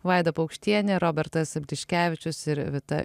vaida paukštienė robertas bliškevičius ir vita